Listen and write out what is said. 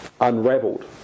unraveled